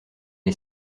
est